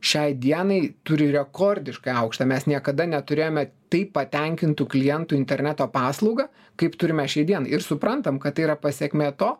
šiai dienai turi rekordiškai aukštą mes niekada neturėjome taip patenkintų klientų interneto paslauga kaip turime šiai dienai ir suprantam kad tai yra pasekmė to